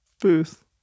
Booth